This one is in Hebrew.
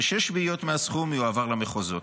ו-6/7 מהסכום יועבר למחוזות.